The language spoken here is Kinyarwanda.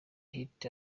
hit